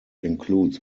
includes